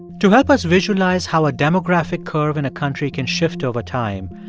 to help us visualize how a demographic curve in a country can shift over time,